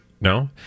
no